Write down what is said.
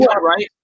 right